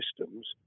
systems